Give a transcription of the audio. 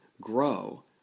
grow